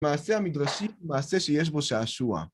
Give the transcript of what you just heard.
מעשה המדרשי הוא מעשה שיש בו שעשוע.